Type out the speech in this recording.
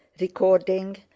Recording